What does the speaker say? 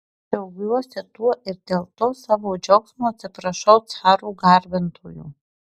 džiaugiuosi tuo ir dėl to savo džiaugsmo atsiprašau carų garbintojų